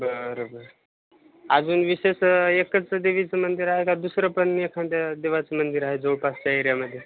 बरं बर अजून विशेष एकच देवीचं मंदिर आहे का दुसरं पण एखाद्या देवाचं मंदिर आहे जवळपासच्या एरियामध्ये